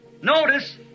Notice